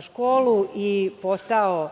školu i postao